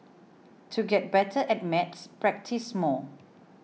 to get better at maths practise more